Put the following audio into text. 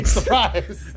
Surprise